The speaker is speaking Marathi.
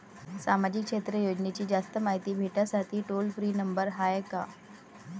सामाजिक क्षेत्र योजनेची जास्त मायती भेटासाठी टोल फ्री नंबर हाय का?